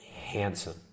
handsome